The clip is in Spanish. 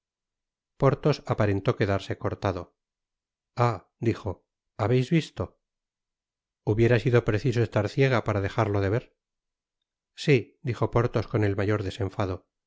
porthos aparentó quedarse cortado ah dijo habeis visto hubiera sido preciso estar ciega para dejarlo de ver si dijo porthos con el mayor desenfado